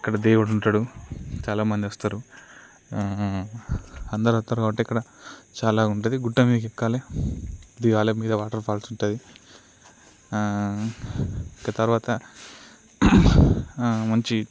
అక్కడ దేవుడు ఉంటాడు చాలామంది వస్తారు అందరు వస్తారు కాబట్టి ఇక్కడ చాలా ఉంటుంది గుట్ట మీదకి ఎక్కాలే దిగాలే మీద వాటర్ఫాల్స్ ఉంటుంది ఇంకా తర్వాత మంచి